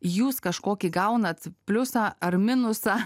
jūs kažkokį gaunat pliusą ar minusą